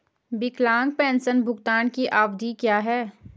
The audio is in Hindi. विकलांग पेंशन भुगतान की अवधि क्या है?